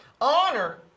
honor